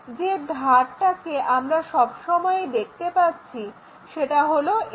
যে ধারটাকে আমরা সবসময়ই দেখতে পাচ্ছি সেটা হলো এটা